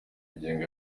ngingo